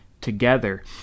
together